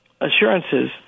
assurances